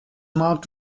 marked